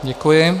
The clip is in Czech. Děkuji.